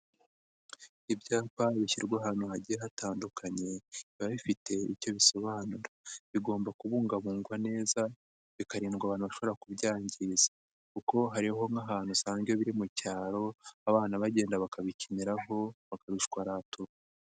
Ibyapa bishyirwa ahantu hagiye hatandukanye, biba bifite icyo bisobanura. Bigomba kubungabungwa neza, bikarindwa abantu bashobora kubyangiza kuko hariho nk'ahantu usanga biri mu cyaro, abana bagenda bakabikiniraho, bakabishwaratura.